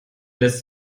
lässt